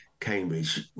Cambridge